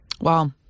Wow